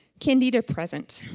candida present